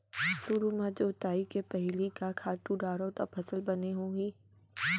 सुरु म जोताई के पहिली का खातू डारव त फसल बने होही?